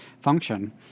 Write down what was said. function